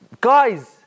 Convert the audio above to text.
guys